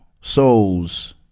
souls